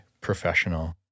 professional